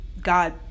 God